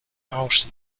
house